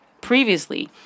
previously